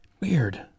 Weird